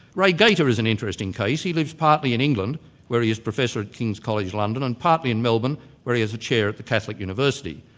rai gaita is an interesting case he lives partly in england where he is professor at king's college, london, and partly in melbourne where he has a chair at the catholic university.